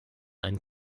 ein